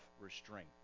restraint